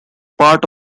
part